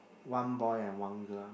one boy and one girl